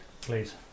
Please